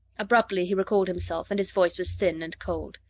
abruptly, he recalled himself, and his voice was thin and cold.